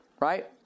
right